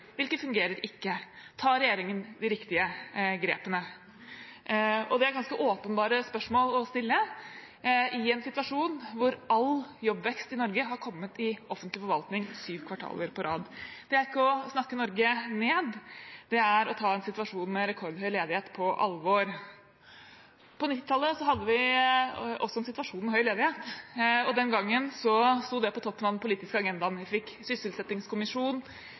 Hvilke tiltak fungerer ikke? Tar regjeringen de riktige grepene? Det er ganske åpenbare spørsmål å stille, i en situasjon hvor all jobbvekst i Norge har kommet i offentlig forvaltning syv kvartaler på rad. Det er ikke å snakke Norge ned, det er å ta en situasjon med rekordhøy ledighet på alvor. På 1990-tallet hadde vi også en situasjon med høy ledighet. Den gangen sto det på toppen av den politiske agendaen. Vi fikk sysselsettingskommisjonen,